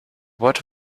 what